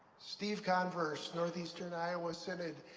steve converse, northeastern iowa synod.